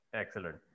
Excellent